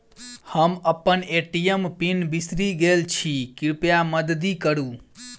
हम अप्पन ATM PIN बिसरि गेल छी कृपया मददि करू